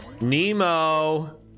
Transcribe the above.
Nemo